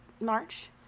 March